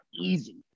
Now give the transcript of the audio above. Easy